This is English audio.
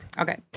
Okay